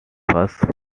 first